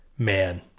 man